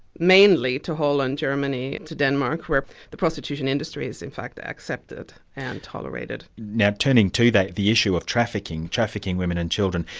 mainly to holland, germany, to denmark, where the prostitution industry is in fact accepted and tolerated. now turning to that issue of trafficking, trafficking women and children,